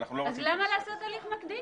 אז למה לעשות הליך מקדים?